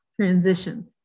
transition